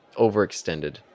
overextended